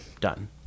Done